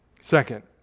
Second